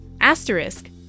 Asterisk